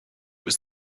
was